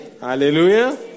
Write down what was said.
Hallelujah